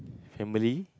family